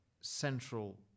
central